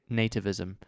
nativism